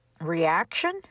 reaction